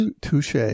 touche